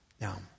Now